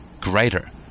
greater